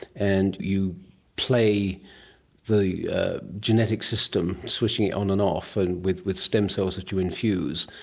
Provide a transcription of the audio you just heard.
and you play the genetic system switching it on and off and with with stem cells that you infuse,